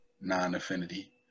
non-affinity